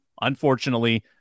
unfortunately